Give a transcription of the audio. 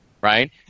right